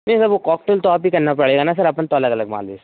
नही सर वो कोकटैल तो आप ही को करना पड़ेगा अपन तो अलग अलग माल बेचते हैं